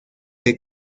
que